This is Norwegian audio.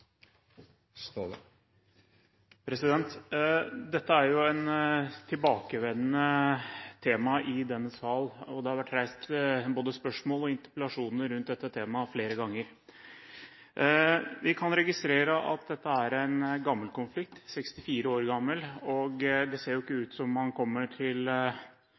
tilbakevendende tema i denne sal, og det har vært reist både spørsmål og interpellasjoner rundt dette temaet flere ganger. Vi kan registrere at dette er en gammel konflikt, 64 år gammel, og det ser ikke ut til at man har kommet til